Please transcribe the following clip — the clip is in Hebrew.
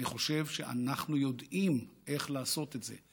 אני חושב שאנחנו יודעים איך לעשות את זה.